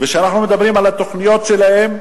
וכשאנחנו מדברים על התוכניות שלהם